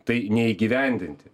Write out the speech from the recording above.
tai neįgyvendinti